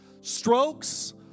Strokes